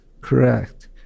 correct